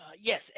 Yes